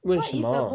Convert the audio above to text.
问什么